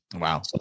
Wow